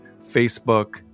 Facebook